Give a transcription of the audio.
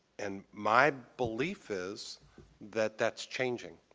and my belief is that that's changing.